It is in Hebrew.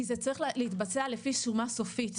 כי זה צריך להתבצע לפי שומה סופית.